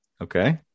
Okay